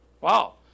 Wow